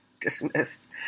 dismissed